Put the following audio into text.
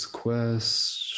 quest